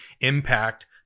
impact